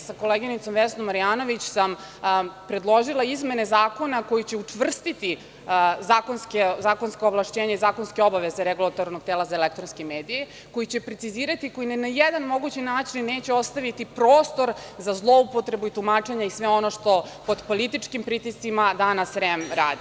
Sa koleginicom Vesnom Marjanović sam predložila izmene zakona koji će učvrstiti zakonska ovlašćenja i zakonske obaveze Regulatornog tela za elektronske medije, koji će precizirati i koji ni na jedan mogući način neće ostaviti prostor za zloupotrebu i tumačenja i sve ono što pod političkim pritiscima danas REM radi.